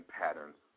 patterns